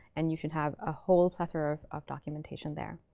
and you should have a whole plethora of of documentation there.